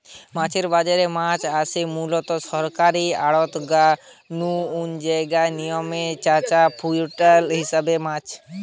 মাছের বাজারে মাছ আসে মুলত সরকারী আড়ত গা নু জউখানে নিলামে ব্যাচা হয় কুইন্টাল হিসাবে মাছ